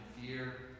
fear